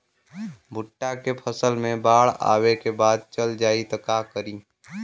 भुट्टा के फसल मे बाढ़ आवा के बाद चल जाई त का करी?